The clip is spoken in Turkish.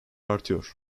artıyor